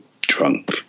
drunk